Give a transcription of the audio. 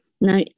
Now